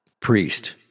Priest